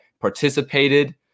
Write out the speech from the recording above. participated